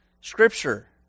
Scripture